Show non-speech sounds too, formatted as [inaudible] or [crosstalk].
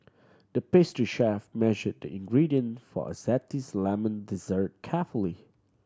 the pastry chef measured the ingredient for a [unintelligible] lemon dessert carefully